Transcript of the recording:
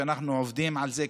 אנחנו עובדים על זה,